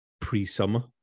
pre-summer